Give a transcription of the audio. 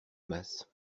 masse